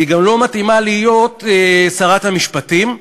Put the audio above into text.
היא גם לא מתאימה להיות שרת המשפטים,